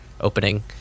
opening